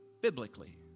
biblically